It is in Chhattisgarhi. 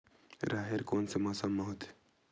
राहेर कोन से मौसम म होथे?